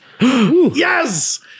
Yes